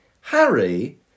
Harry